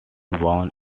born